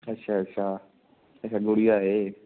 ਅੱਛਾ ਅੱਛਾ ਅੱਛਾ ਗੁੜੀਆ ਏ